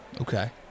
Okay